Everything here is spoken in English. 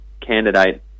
candidate